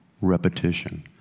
repetition